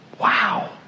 Wow